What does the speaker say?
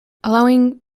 allowing